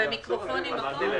- נגיף הקורונה החדש)